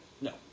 No